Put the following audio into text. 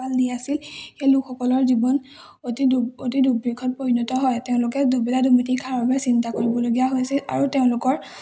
পাল দি আছিল সেই লোকসকলৰ জীৱন অতি দু অতি দুৰ্ভিক্ষত পৰিণত হয় তেওঁলোকে দুবেলা দুমিঠি খাবৰ বাবে চিন্তা কৰিবলগীয়া হৈছিল আৰু তেওঁলোকৰ